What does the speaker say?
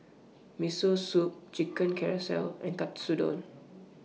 Miso Soup Chicken Casserole and Katsudon